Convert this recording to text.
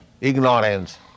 ignorance